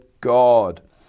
God